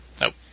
Nope